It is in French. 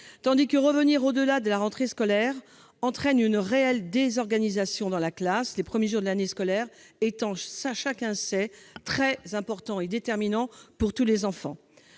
tandis que revenir au-delà de la rentrée scolaire entraîne une réelle désorganisation dans la classe, les premiers jours de l'année scolaire étant déterminants pour tous les enfants.